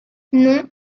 non